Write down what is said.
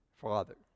Father